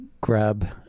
grab